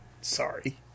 Sorry